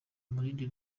umurindi